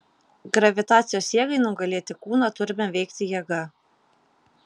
gravitacijos jėgai nugalėti kūną turime veikti jėga